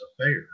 Affair